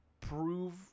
prove